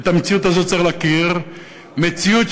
את המציאות